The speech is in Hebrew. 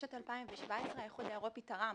בשנת 2017 האיחוד האירופי תרם